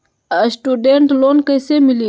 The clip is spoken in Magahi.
स्टूडेंट लोन कैसे मिली?